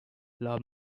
love